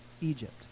Egypt